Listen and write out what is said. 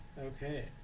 Okay